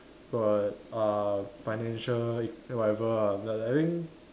got uh financial whatever ah like I mean